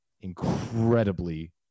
incredibly